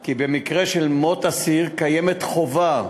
כי במקרה של מות אסיר קיימת חובה,